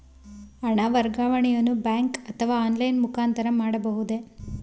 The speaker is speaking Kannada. ಹಣ ವರ್ಗಾವಣೆಯನ್ನು ಬ್ಯಾಂಕ್ ಅಥವಾ ಆನ್ಲೈನ್ ಮುಖಾಂತರ ಮಾಡಬಹುದೇ?